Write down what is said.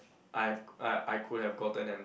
I've I I could have gotten and